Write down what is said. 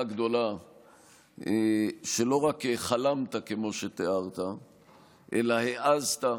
גדולה שלא רק חלמת כמו שתיארת אלא העזת,